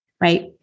right